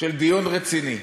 של דיון רציני.